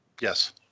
Yes